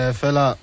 fella